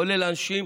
כולל האנשים,